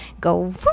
go